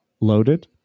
loaded